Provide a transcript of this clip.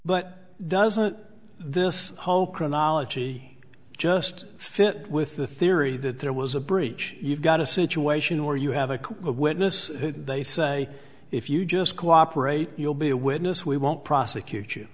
but doesn't this whole chronology just fit with the theory that there was a breach you've got a situation where you have a witness who they say if you just cooperate you'll be a witness we won't prosecute you